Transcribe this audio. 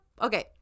okay